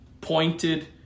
pointed